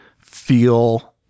feel